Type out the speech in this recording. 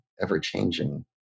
ever-changing